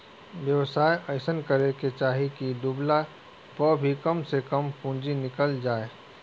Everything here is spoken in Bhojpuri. व्यवसाय अइसन करे के चाही की डूबला पअ भी कम से कम पूंजी निकल आवे